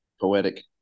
Poetic